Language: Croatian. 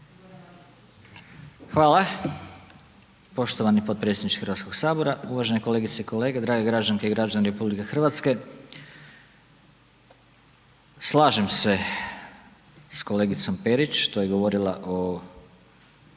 Hvala poštovani potpredsjedniče Hrvatskog sabora, uvažene kolegice i kolege, drage građanske i građani RH. Slažem se s kolegicom Perić što je govorila o